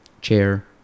chair